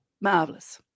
Marvelous